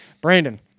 Brandon